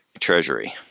treasury